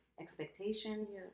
expectations